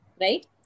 right